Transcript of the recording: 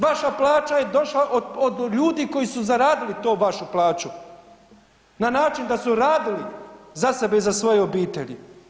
Vaša plaća je došla od ljudi koji su zaradili tu vašu plaću na način da su radili za sebe i svoje obitelji.